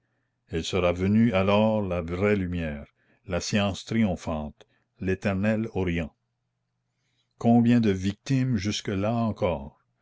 elle sera venue alors la vraie lumière la science triomphante l'éternel orient combien de victimes jusque-là encore